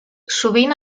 sovint